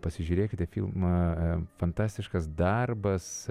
pasižiūrėkite filmą fantastiškas darbas